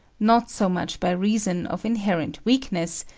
not so much by reason of inherent weakness,